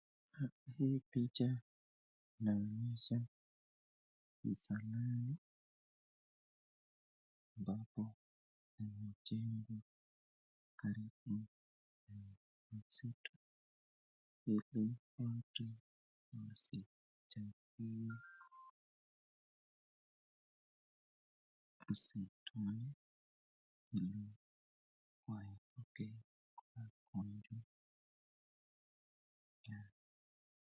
Hii picha inaonyesha msalani ambapo imejengwa karibu na msitu. Ivo watu wajisaidie. Waipuke magonjwa